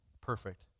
Perfect